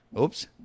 oops